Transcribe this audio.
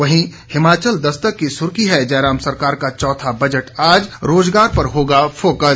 वहीं हिमाचल दस्तक की सुर्खी है जयराम सरकार का चौथा बजट आज रोजगार पर होगा फोकस